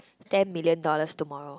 ten million dollars tomorrow